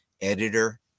editor